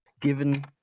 given